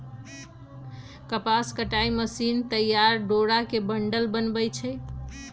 कपास कताई मशीन तइयार डोरा के बंडल बनबै छइ